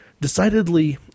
decidedly